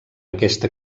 aquesta